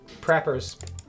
Preppers